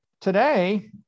Today